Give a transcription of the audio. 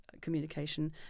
communication